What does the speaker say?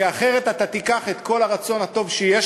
כי אחרת אתה תיקח את כל הרצון הטוב שיש